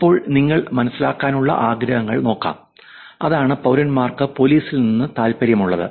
അപ്പോൾ നിങ്ങൾക്ക് മനസ്സിലാക്കാനുള്ള ആഗ്രഹങ്ങൾ നോക്കാം അതാണ് പൌരന്മാർക്ക് പോലീസിൽ നിന്ന് താൽപ്പര്യമുള്ളത്